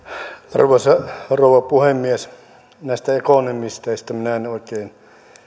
arvoisa rouva puhemies näistä ekonomisteista minä en oikein